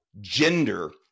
gender